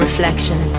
Reflection